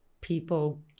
people